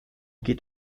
geht